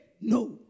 No